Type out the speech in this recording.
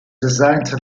designed